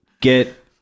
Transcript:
get